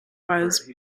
was